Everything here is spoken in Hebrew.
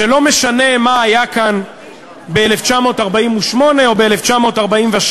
שלא משנה מה היה כאן ב-1948 או ב-1947.